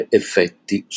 effetti